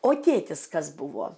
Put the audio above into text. o tėtis kas buvo